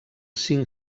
cinc